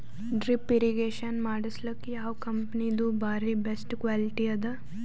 Drip irrigation ಮಾಡಸಲಕ್ಕ ಯಾವ ಕಂಪನಿದು ಬಾರಿ ಬೆಸ್ಟ್ ಕ್ವಾಲಿಟಿ ಅದ?